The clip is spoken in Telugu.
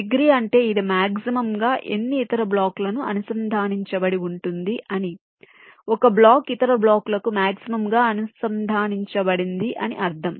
డిగ్రీ అంటే ఇది మాక్సిమంగా ఎన్ని ఇతర బ్లాక్లకు అనుసంధానించబడి ఉంటుంది అని ఒక బ్లాక్ ఇతర బ్లాక్లకు మాక్సిమం గా అనుసంధానించబడింది అని అర్థం